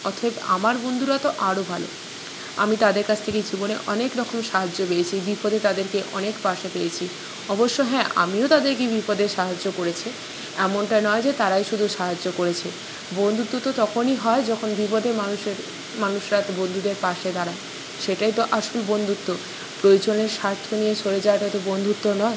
অতএব আমার বন্ধুরা তো আরো ভালো আমি তাদের কাছ থেকে জীবনে অনেক রকম সাহায্য পেয়েছি বিপদে তাদেরকে অনেক পাশে পেয়েছি অবশ্য হ্যাঁ আমিও তাদেরকে বিপদে সাহায্য করেছি এমনটা নয় যে তারাই শুধু সাহায্য করেছে বন্ধুত্ব তো তখনই হয় যখন বিপদে মানুষের মানুষরা বন্ধুদের পাশে দাঁড়ায় সেটাই তো আসল বন্ধুত্ব প্রয়োজনে স্বার্থ নিয়ে চলে যাওয়াটা তো বন্ধুত্ব নয়